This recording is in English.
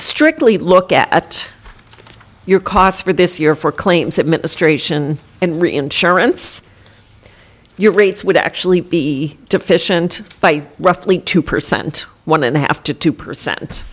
strictly look at your costs for this year for claims administration and reinsurance your rates would actually be deficient by roughly two percent one and a half to two percent